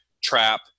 trap